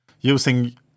using